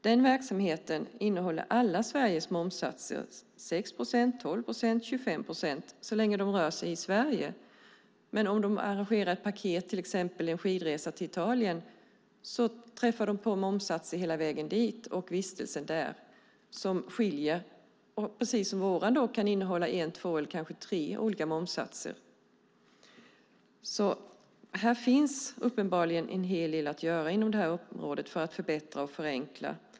Den verksamheten innehåller Sveriges alla momssatser - 6 procent, 12 procent och 25 procent - så länge det är i Sverige. Men om de arrangerar en paketresa, till exempel en skidresa till Italien, träffar de på olika momssatser hela vägen dit och även under vistelsen där. Precis som hos oss kan det vara en, två eller kanske tre olika momssatser. Uppenbarligen finns det en hel del att göra inom området för att förbättra och förenkla.